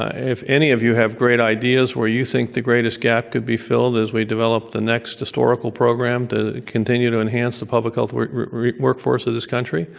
if any of you have great ideas where you think the greatest gap could be filled as we develop the next historical program to continue to enhance the public health workforce of this country,